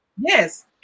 yes